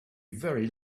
very